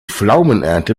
pflaumenernte